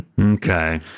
Okay